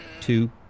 two